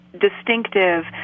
distinctive